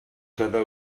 cada